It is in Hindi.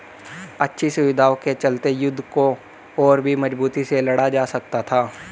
अच्छी सुविधाओं के चलते युद्ध को और भी मजबूती से लड़ा जा सकता था